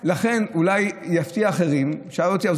לכן, אולי זה יפתיע אחרים, שאל אותי העוזר